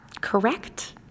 correct